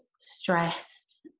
stressed